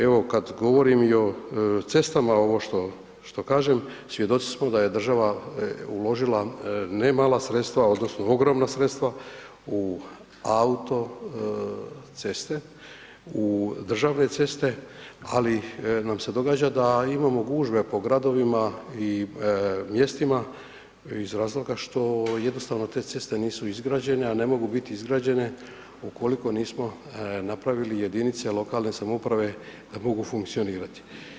Evo kad govorim i o cestama ovo što kažem svjedoci smo da je država uložila ne mala sredstva, odnosno ogromna sredstva u autoceste, u državne ceste ali nam se događa da imamo gužve po gradovima i mjestima iz razloga što jednostavno te ceste nisu izgrađene a ne mogu biti izgrađene ukoliko nismo napravili jedinice lokalne samouprave da mogu funkcionirati.